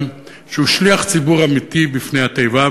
שהוא שליח ציבור אמיתי לפני התיבה.